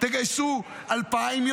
תגייסו 2,000,